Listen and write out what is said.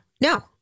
no